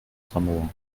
samoa